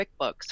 QuickBooks